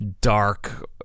dark